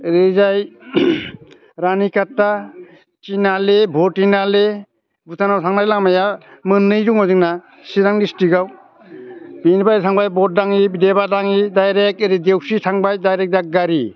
ओरैजाय रानिखाथा थिनालि बुरथिनालि भुटानाव थांनाय लामाया मोननै दङ जोंना चिरां डिसट्रिकआव बिनिफ्राय थांबाय भरदाङि देबादाङि डाइरेक्ट ओरै देवस्रि थांबाय डाइरेक्ट दादगारि